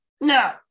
No